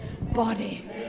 body